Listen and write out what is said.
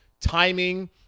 timing